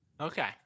Okay